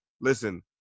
listen